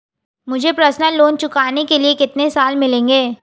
मुझे personal loan चुकाने के लिए कितने साल मिलेंगे?